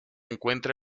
encuentra